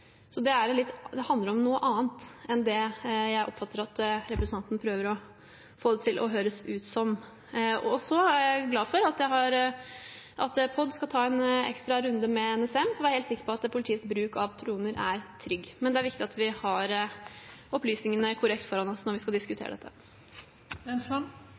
Det handler om noe annet enn det jeg oppfatter at representanten prøver å få det til å høres ut som. Jeg er glad for at POD skal ta en ekstra runde med NSM for å være helt sikker på at politiets bruk av droner er trygg, men det er viktig at vi har opplysningene korrekt foran oss når vi skal